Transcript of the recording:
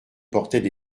portaient